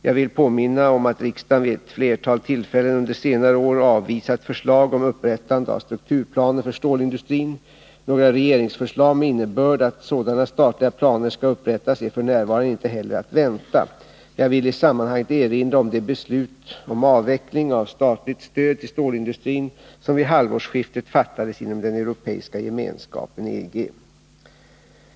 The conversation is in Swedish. Jag vill påminna om att riksdagen vid ett flertal tillfällen under senare år avvisat förslag om upprättande av strukturplaner för stålindustrin. Några regeringsförslag med innebörd att sådana statliga planer skall upprättas är f. n. inte heller att vänta. Jag vill i sammanhanget erinra om de beslut om avveckling av statligt stöd till stålindustrin som vid halvårsskiftet fattades inom den Europeiska gemenskapen, EG.